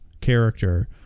character